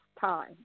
time